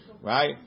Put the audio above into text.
right